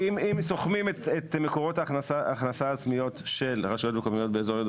אם סוכמים את מקורות ההכנסה העצמיים של רשויות מקומיות באזור יהודה